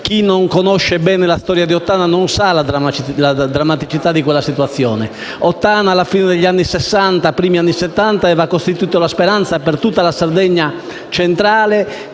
Chi non conosce bene la storia di Ottana non sa la drammaticità di quella situazione. Ottana, alla fine gli anni Sessanta e nei primi anni Settanta, ha rappresentato la speranza per tutta la Sardegna centrale